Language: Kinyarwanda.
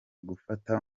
gufata